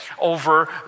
over